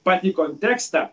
patį kontekstą